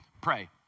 pray